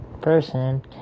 person